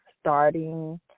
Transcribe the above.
starting